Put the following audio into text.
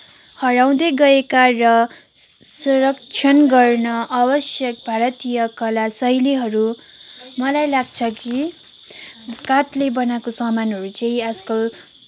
हराउँदै गएका र संरक्षण गर्न आवश्यक भारतीय कला शैलीहरू मलाई लाग्छ कि काठले बनाएको सामानहरू चाहिँ आजकल